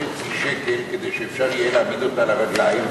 שקלים כדי שאפשר יהיה להעמיד אותה על הרגליים,